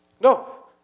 No